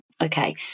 Okay